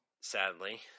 Sadly